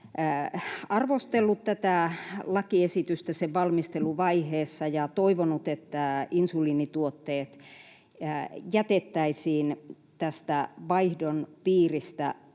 arvostellut tätä lakiesitystä sen valmisteluvaiheessa ja toivonut, että insuliinituotteet jätettäisiin vaihdon piiristä